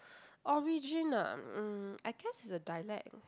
origin ah mm I guess it's a dialect